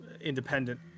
independent